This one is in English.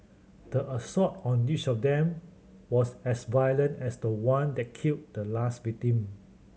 the assault on each of them was as violent as the one that killed the last victim